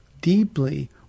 deeply